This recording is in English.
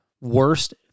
worst